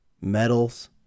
metals